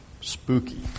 spooky